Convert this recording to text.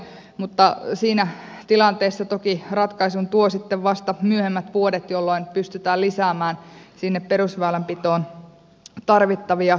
mutta siinä tilanteessa toki ratkaisun tuovat sitten vasta myöhemmät vuodet jolloin pystytään lisäämään sinne perusväylänpitoon tarvittavia lisärahoja